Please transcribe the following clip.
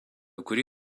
kurį